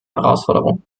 herausforderung